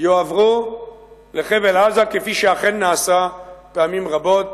יועברו לחבל-עזה, כפי שאכן נעשה פעמים רבות.